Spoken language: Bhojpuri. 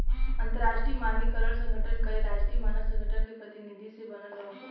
अंतरराष्ट्रीय मानकीकरण संगठन कई राष्ट्रीय मानक संगठन के प्रतिनिधि से बनल हौ